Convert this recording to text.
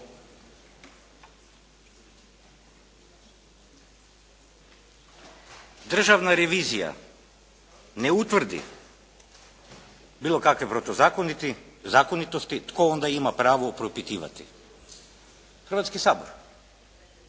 državna revizija ne utvrdi bilo kakve protuzakonitosti tko onda ima pravo propitivati? Hrvatski sabor.